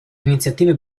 iniziative